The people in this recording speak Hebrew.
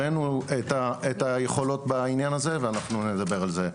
הראנו את היכולות בעניין הזה ואנחנו נדבר על זה.